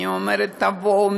אני אומרת: תבואו,